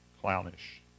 clownish